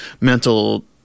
mental